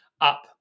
up